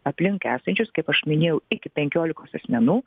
aplink esančius kaip aš minėjau iki penkiolikos asmenų